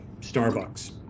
Starbucks